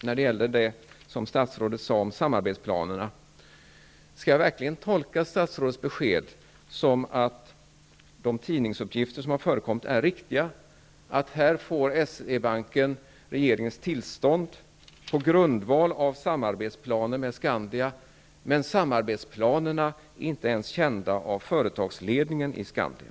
När det gäller det som statsrådet sade om samarbetsplanerna vill jag höra om jag verkligen skall tolka statsrådets besked som att de tidningsuppgifter som har förekommit är riktiga. Här får S-E-banken regeringens tillstånd på grundval av samarbetsplaner med Skandia, men samarbetsplanerna är inte ens kända av företagsledningen i Skandia.